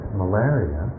malaria